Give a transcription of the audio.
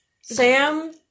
Sam